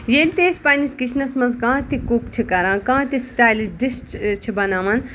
ییٚلہِ تہِ أسۍ پَنٕنِس کِچنَس منٛز کانٛہہ تہِ کُک چھِ کران کانٛہہ تہِ سِٹایلِش ڈِش چھِ بَناوان